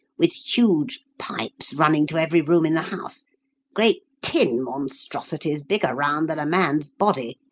with huge pipes running to every room in the house great tin monstrosities bigger round than a man's body,